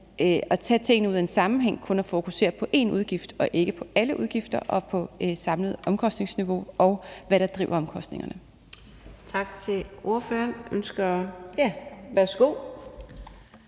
at tage tingene ud af en sammenhæng kun at fokusere på én udgift og ikke på alle udgifter og på det samlede omkostningsniveau, og hvad der driver omkostningerne. Kl. 20:08